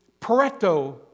Pareto